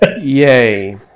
yay